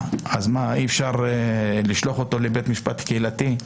אי אפשר לשלוח אותו לבית משפט קהילתי?